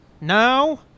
now